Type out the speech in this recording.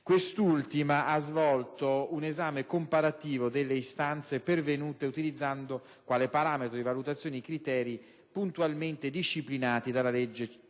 Quest'ultima ha svolto un esame comparativo delle istanze pervenute, utilizzando quale parametro di valutazione i criteri puntualmente disciplinati dalla legge